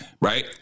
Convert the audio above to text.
right